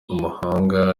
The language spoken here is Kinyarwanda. umuhanga